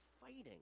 fighting